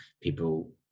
people